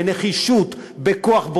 בנחישות, בכוח.